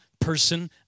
person